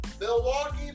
Milwaukee